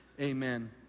amen